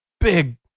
big